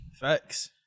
Facts